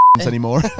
anymore